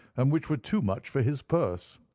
and which were too much for his purse.